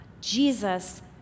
Jesus